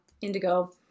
Indigo